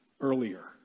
earlier